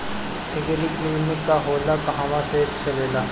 एगरी clinic का होला कहवा से चलेँला?